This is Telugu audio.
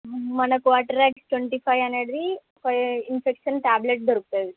మన క్వాటరాక్ట్ ట్వంటీ ఫైవ్ అనేది ఒకే ఇన్ఫెక్షన్ టాబ్లెట్ దొరుకుతుంది